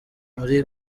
muri